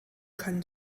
keinen